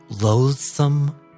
loathsome